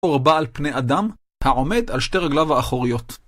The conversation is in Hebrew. עורבה על פני אדם העומד על שתי רגליו האחוריות.